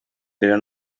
però